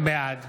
בעד